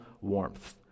warmth